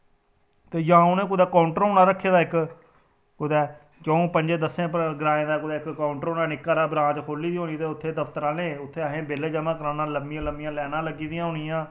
ते जां उ'नें कांउटर होना रक्खे दा इक कुतै च'ऊं पंजे दस्से ग्राएं दा कुतै इक कांउटर होना निक्का हारा ब्रांच खोली दी होनी उत्थें दफतर आह्ले उत्थे असें बिल ज'मा कराना लम्मीं लम्मियां लाइना लग्गी दी होनियां